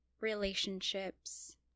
relationships